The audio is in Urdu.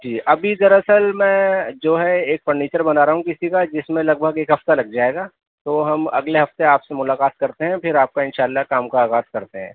جی ابھی دراصل میں جو ہے ایک فرنیچر بنا رہا ہوں کسی کا جس میں لگ بھگ ایک ہفتہ لگ جائے گا تو ہم اگلے ہفتے آپ سے ملاقات کرتے ہیں پھر آپ کا ان شاء اللہ کام کا آغاز کرتے ہیں